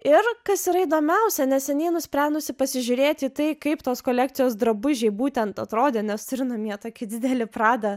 ir kas yra įdomiausia neseniai nusprendusi pasižiūrėti tai kaip tos kolekcijos drabužiai būtent atrodė nes ir namie tokį didelį prada